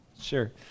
Sure